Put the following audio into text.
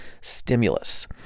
stimulus